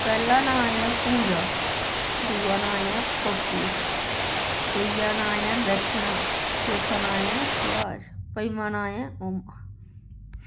पैह्ला नांऽ ऐ पूजा दूआ नांऽ ऐ पप्पू त्रीआ नांऽ ऐ दरशनां चौथा नांऽ ऐ सुभाष पंजमा नांऽ ऐ ओमुख